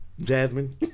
Jasmine